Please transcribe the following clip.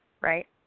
right